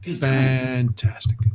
fantastic